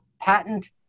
patent